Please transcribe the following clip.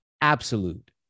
absolute